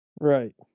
Right